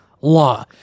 law